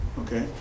okay